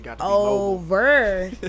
Over